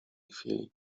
chwili